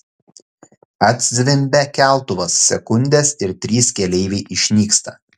atzvimbia keltuvas sekundės ir trys keleiviai išnyksta